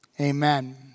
Amen